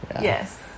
yes